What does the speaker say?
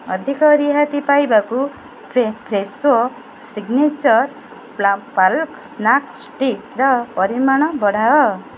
ଅଧିକ ରିହାତି ପାଇବାକୁ ଫ୍ରେ ଫ୍ରେଶୋ ସିଗ୍ନେଚର୍ ପା ପାଲକ୍ ସ୍ନାକ୍ ଷ୍ଟିକ୍ର ପରିମାଣ ବଢ଼ାଅ